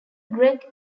gregg